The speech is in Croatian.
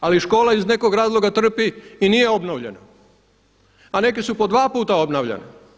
Ali škola iz nekog razloga trpi i nije obnovljena, a neke su po dva puta obnavljane.